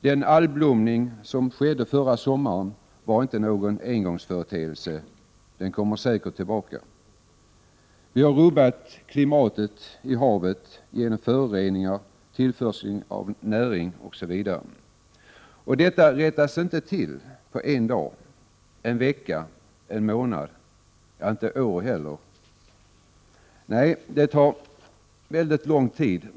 Den algblomning som skedde förra sommaren var inte en engångsföreteelse — den kommer säkert tillbaka. Vi har rubbat klimatet i havet genom föroreningar, tillförsel av näring, osv. Detta rättas inte till på en dag, en vecka, en månad eller ens ett år. Nej, det tar mycket lång tid.